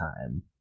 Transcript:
time